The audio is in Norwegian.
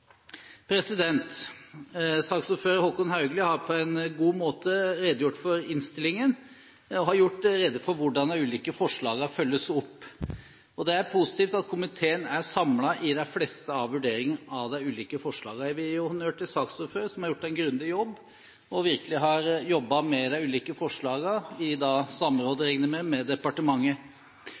Håkon Haugli, har på en god måte redegjort for innstillingen og for hvordan de ulike forslagene følges opp. Det er positivt at komiteen er samlet i de fleste vurderingene av de ulike forslagene. Jeg vil gi honnør til saksordføreren, som har gjort en grundig jobb, og som virkelig har jobbet med de ulike forslagene, i samråd med – regner jeg med – departementet.